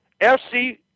FC